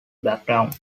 background